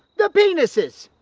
the penises!